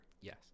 Yes